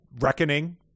reckoning